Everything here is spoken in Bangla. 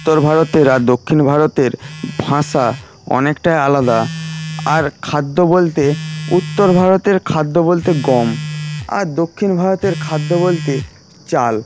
উত্তর ভারতের আর দক্ষিণ ভারতের ভাষা অনেকটাই আলাদা আর খাদ্য বলতে উত্তর ভারতের খাদ্য বলতে গম আর দক্ষিণ ভারতের খাদ্য বলতে চাল